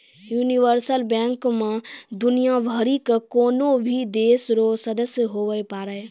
universal bank मे दुनियाँ भरि के कोन्हो भी देश रो सदस्य हुवै पारै